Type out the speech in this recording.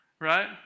right